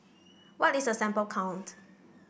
what is a sample count